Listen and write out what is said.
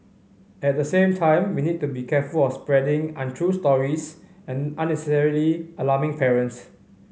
at the same time we need to be careful of spreading untrue stories and unnecessarily alarming parents